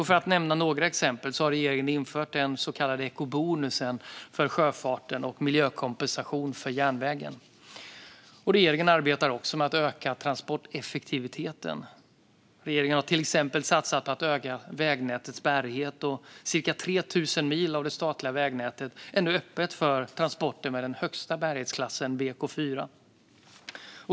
För att nämna några exempel har regeringen infört den så kallade ekobonusen för sjöfarten och miljökompensation för järnvägen. Regeringen arbetar också med att öka transporteffektiviteten. Regeringen har till exempel satsat på att öka vägnätets bärighet, och cirka 3 000 mil av det statliga vägnätet är nu öppet för transporter med den högsta bärighetsklassen BK4.